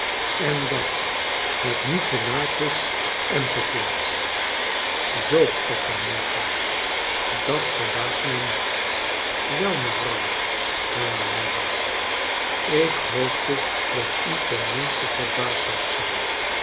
en dat het nu te laat is enzoovoort zoo papa meagles dat verbaast mij niet wel mevrouw hernam meagles ik hoopte dat u tenminste verbaasd zoudt zijn